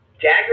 Dagger